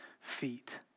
feet